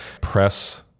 press